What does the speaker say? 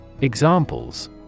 Examples